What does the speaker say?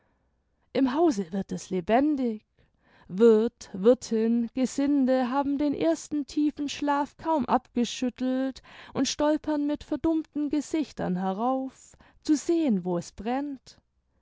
im hause wird es lebendig wirth wirthin gesinde haben den ersten tiefen schlaf kaum abgeschüttelt und stolpern mit verdummten gesichtern herauf zu sehen wo es brennt